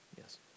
yes